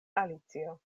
alicio